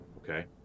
okay